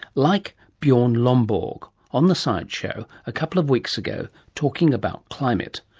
like bjorn lomborg on the science show a couple of weeks ago talking about climate.